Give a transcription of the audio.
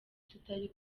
tutari